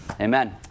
Amen